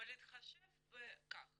בהתחשב בכך